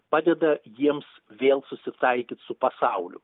padeda jiems vėl susitaikyt su pasauliu